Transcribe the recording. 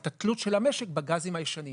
את התלות של המשק בגזים הישנים.